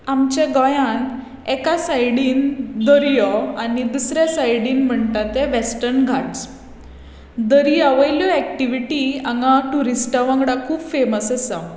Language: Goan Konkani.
आमच्या गोंयांत एका सायडीन दर्यो आनी दुसऱ्या सायडीन म्हणटात ते वॅस्टर्न घाट्स दर्या वयल्यो एक्टिवीटी हांगा ट्युरिस्टा वांगडा खूब फॅमस आसा